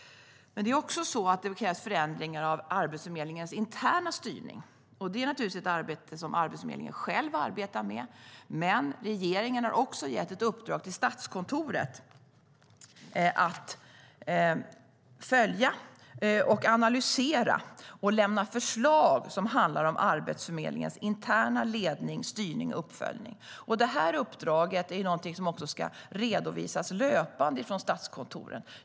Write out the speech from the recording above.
Det krävs dock också förändringar av Arbetsförmedlingens interna styrning. Det är naturligtvis något som Arbetsförmedlingen själv arbetar med, men regeringen har också gett ett uppdrag till Statskontoret att följa och analysera detta och att lämna förslag som handlar om Arbetsförmedlingens interna ledning, styrning och uppföljning. Detta uppdrag ska redovisas löpande från Statskontoret.